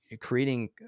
creating